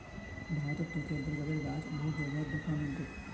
भारतत तोके बरगदेर गाछ बहुत जगहत दख्वा मिल तोक